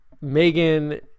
Megan